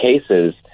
cases